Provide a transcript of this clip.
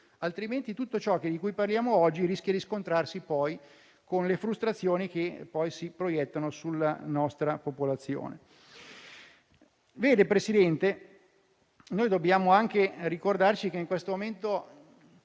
altrimenti, tutto ciò di cui parliamo oggi rischia di scontrarsi poi con le frustrazioni che si proiettano sulla nostra popolazione. Presidente, dobbiamo anche ricordarci che in questo momento